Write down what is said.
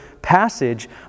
passage